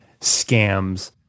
scams